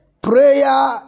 Prayer